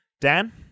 Dan